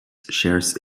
shares